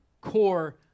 core